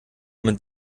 mit